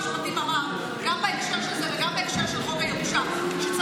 גם בהקשר של זה וגם בהקשר של חוק הירושה שר המשפטים